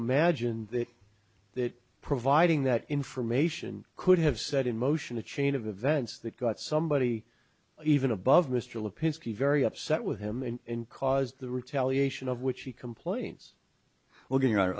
imagine that providing that information could have set in motion a chain of events that got somebody even above mr lipinski very upset with him and caused the retaliation of which he complains we're getting are